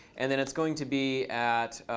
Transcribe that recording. and then it's going to be at,